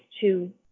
two